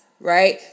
Right